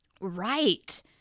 Right